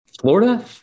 Florida